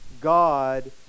God